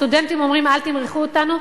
הסטודנטים אומרים: אל תמרחו אותנו,